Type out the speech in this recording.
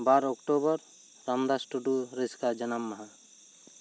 ᱵᱟᱨ October Ramdas Tudu ᱨᱮᱥᱠᱟ ᱡᱟᱱᱟᱢ ᱢᱟᱦᱟ